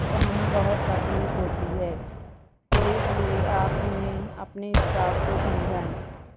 ہمیں بہت تکلیف ہوتی ہے تو اس لیے آپ انہیں اپنے اسٹاف کو سمجھائیں